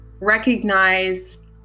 recognize